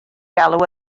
galw